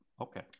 okay